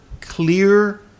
clear